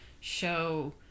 show